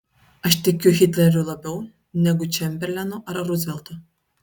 aš tikiu hitleriu labiau negu čemberlenu ar ruzveltu